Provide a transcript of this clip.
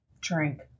drink